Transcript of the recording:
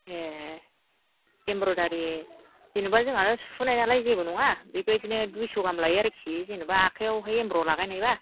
ए एमब्र'यडारि जेनेबा जोंहा सुहोनायनालाय जेबो नङा बे बायदिनो दुइस' गाहाम लायो आरोखि जेनेबा आखाइयावहाय एमब्र' लागायनायबा